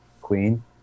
Queen